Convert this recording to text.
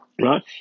right